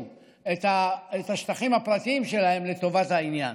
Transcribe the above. את השטחים הפרטיים שלהם לטובת העניין.